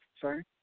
Sorry